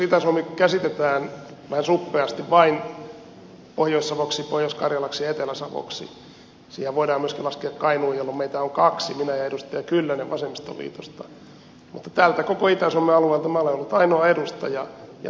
itä suomi käsitetään vähän suppeasti vain pohjois savoksi pohjois karjalaksi ja etelä savoksi mutta siihen voidaan myöskin laskea kainuu jolloin meitä on kaksi minä ja edustaja kyllönen vasemmistoliitosta mutta tältä koko itä suomen alueelta minä olen ollut ainoa edustaja